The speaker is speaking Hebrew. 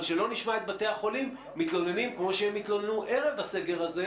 אבל שלא נשמע מתלוננים כמו שהם התלוננו ערב הסגר הזה,